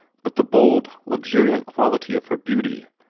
but the bold, luxuriant quality of her beauty,